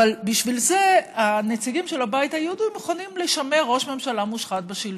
בשביל זה הנציגים של הבית היהודי מוכנים לשמר ראש ממשלה מושחת בשלטון.